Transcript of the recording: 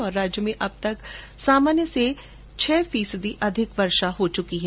उधर राज्य में अब तक सामान्य से छह फीसदी अधिक बारिश हो चुकी है